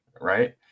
right